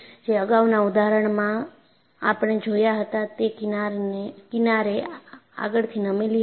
જે અગાઉના ઉદાહરણોમાં આપણે જોયા હતા કે કિનારએ આગળથી નમેલી હતી